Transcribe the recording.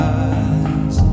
eyes